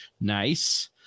Nice